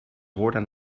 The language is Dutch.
woorden